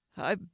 I